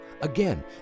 Again